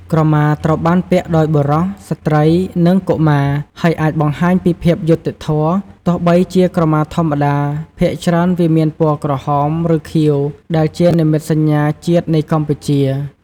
ក្រមាត្រូវបានពាក់ដោយបុរស ស្ត្រី និងកុមារ ហើយអាចបង្ហាញពីភាពយុត្តិធម៌ ទោះបីជាក្រមាធម្មតាភាគច្រើនវាមានពណ៌ក្រហម ឬខៀវ ដែលជានិមិត្តសញ្ញាជាតិនៃកម្ពុជា។